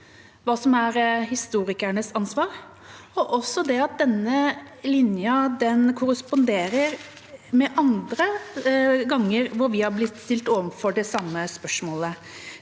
hva som er historikernes ansvar, og også det at denne linja korresponderer med andre ganger vi har blitt stilt overfor det samme spørsmålet.